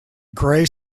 gray